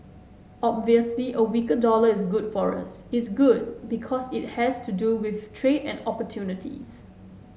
obviously a weaker dollar is good for us it's good because it has to do with trade and opportunities